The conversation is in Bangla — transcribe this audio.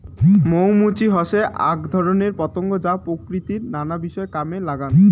মৌ মুচি হসে আক ধরণের পতঙ্গ যা প্রকৃতির নানা বিষয় কামে লাগাঙ